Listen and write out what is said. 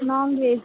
non-veg